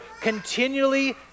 continually